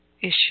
issue